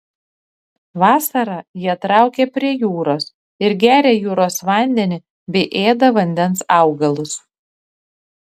vasarą jie traukia prie jūros ir geria jūros vandenį bei ėda vandens augalus